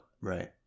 Right